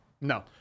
No